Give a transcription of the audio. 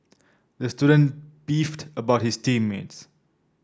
the student beefed about his team mates